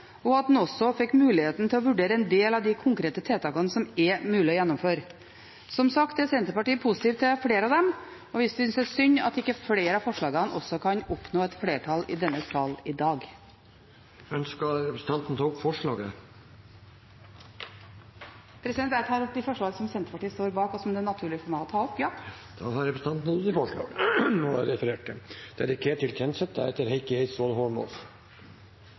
og at en også fikk muligheten til å vurdere en del av de konkrete tiltakene som er mulig å gjennomføre. Som sagt er Senterpartiet positive til flere av dem, og vi synes det er synd at ikke flere av forslagene også kan oppnå et flertall i denne sal i dag. Jeg tar opp det forslag som Senterpartiet har fremmet sammen med Miljøpartiet De Grønne, som det er naturlig for meg å ta opp. Representanten Marit Arnstad har tatt opp det forslag hun refererte